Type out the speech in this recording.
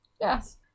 yes